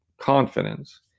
confidence